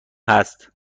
هست